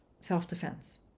self-defense